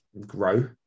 grow